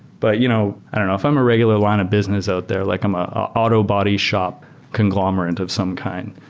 but you know i don't know. if i'm a regular line of business out there, like i'm an ah ah auto body shop conglomerate of some kind,